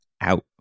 out